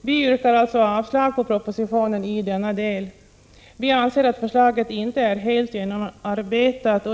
Vi yrkar därför avslag på utskottets förslag som följer propositionen i denna del. Vi anser att förslaget inte är helt genomarbetat.